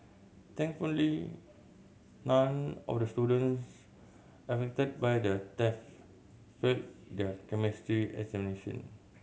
thankfully none of the students affected by the theft failed their Chemistry examination